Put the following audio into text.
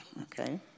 Okay